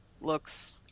looks